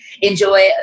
enjoy